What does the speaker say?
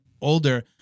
older